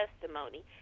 testimony